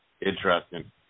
Interesting